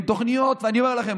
אני אומר לכם,